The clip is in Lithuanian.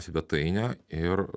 svetainę ir